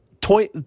toy